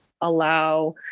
allow